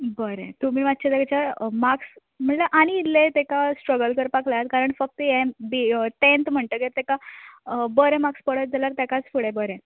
बरें तुमी मातशें तेजे माक्स म्हणल्यार आनी इल्लें तेका स्ट्रगल करपाक लायात कारण फक्त ये तेन्थ म्हणटगीर तेका बरें माक्स पडत जाल्यार तेकांच फुडें बरें